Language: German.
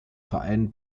verein